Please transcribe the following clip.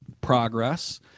progress